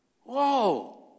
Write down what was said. Whoa